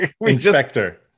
inspector